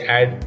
add